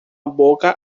boca